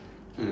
mm